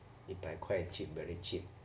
一百块 cheap very cheap